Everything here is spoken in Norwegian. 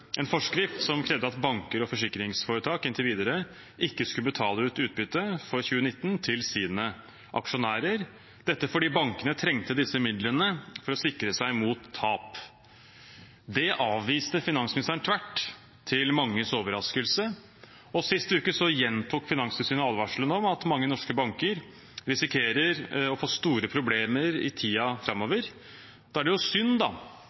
en forskrift som krevde at banker og forsikringsforetak inntil videre ikke skulle betale ut utbytte for 2019 til sine aksjonærer – dette fordi bankene trengte disse midlene for å sikre seg mot tap. Det avviste finansministeren tvert, til manges overraskelse. Sist uke gjentok Finanstilsynet advarselen om at mange norske banker risikerer å få store problemer i tiden framover. Da er det synd